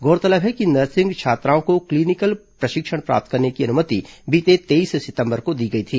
गौरतलब है कि नर्सिंग छात्राओं को क्लीनिकल प्रशिक्षण प्राप्त करने की अनुमति बीते तेईस सितंबर को दी गई थी